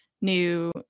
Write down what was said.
new